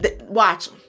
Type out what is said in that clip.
watch